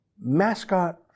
mascot